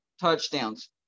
touchdowns